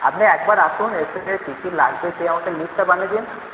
আপনি একবার আসুন এসে কি কি লাগবে সেই আমাকে লিস্টটা বানিয়ে দিন